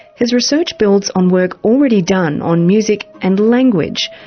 his research builds on work already done on music and language,